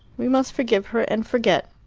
we must forgive her and forget.